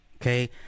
Okay